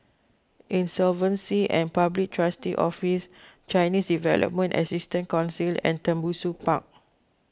Insolvency and Public Trustee's Office Chinese Development Assistance Council and Tembusu Park